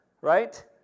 right